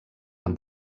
amb